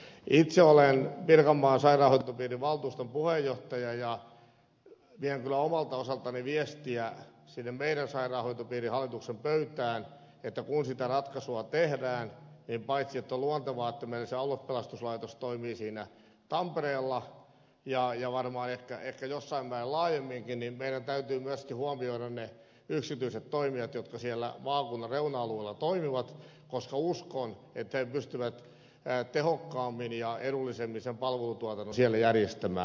itse olen pirkanmaan sairaanhoitopiirin valtuuston puheenjohtaja ja vien kyllä omalta osaltani viestiä meidän sairaanhoitopiirimme hallituksen pöytään että kun sitä ratkaisua tehdään niin paitsi että on luontevaa että meillä se aluepelastuslaitos toimii tampereella ja varmaan ehkä jossain määrin laajemminkin meidän täytyy myöskin huomioida ne yksityiset toimijat jotka siellä maakunnan reuna alueilla toimivat koska uskon että he pystyvät tehokkaammin ja edullisemmin palvelutuotannon siellä järjestämään